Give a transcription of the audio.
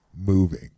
moving